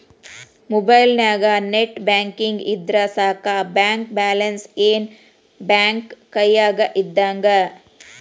ಮೊಬೈಲ್ನ್ಯಾಗ net banking ಇದ್ರ ಸಾಕ ಬ್ಯಾಂಕ ಬ್ಯಾಲೆನ್ಸ್ ಏನ್ ಬ್ಯಾಂಕ ಕೈಯ್ಯಾಗ ಇದ್ದಂಗ